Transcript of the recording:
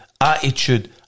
Attitude